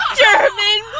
german